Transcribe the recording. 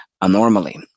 anomaly